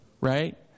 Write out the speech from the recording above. right